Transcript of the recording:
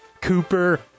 Cooper